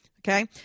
Okay